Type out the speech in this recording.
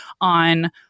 on